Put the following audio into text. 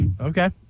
okay